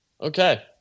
Okay